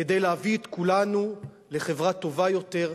כדי להביא את כולנו לחברה טובה יותר,